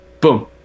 boom